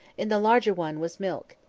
in the larger one was milk.